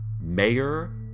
Mayor